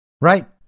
right